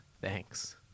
Thanks